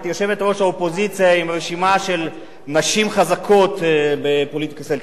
את יושבת-ראש האופוזיציה עם רשימה של נשים חזקות בפוליטיקה הישראלית.